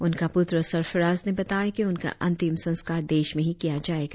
उनक पुत्र सरफराज ने बताया कि उनका अंतिम संस्कार देश मे ही किया जायेगा